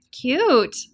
Cute